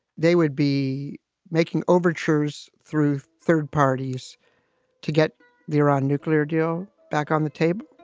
they would be making overtures through third parties to get the iran nuclear deal back on the table.